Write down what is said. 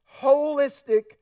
holistic